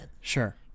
Sure